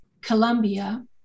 Colombia